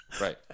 Right